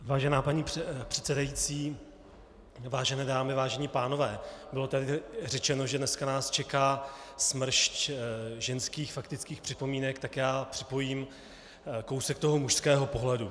Vážená paní předsedající, vážené dámy, vážení pánové, bylo tady řečeno, že dneska nás tady čeká smršť ženských faktických připomínek, tak já připojím kousek toho mužského pohledu.